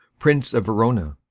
prince of verona.